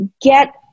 get